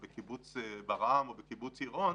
בקיבוץ ברעם או בקיבוץ יראון,